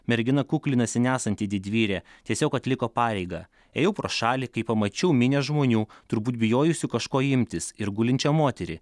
mergina kuklinasi nesanti didvyrė tiesiog atliko pareigą ėjau pro šalį kai pamačiau minią žmonių turbūt bijojusių kažko imtis ir gulinčią moterį